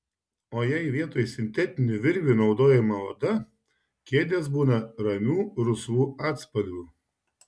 o jei vietoj sintetinių virvių naudojama oda kėdės būna ramių rusvų atspalvių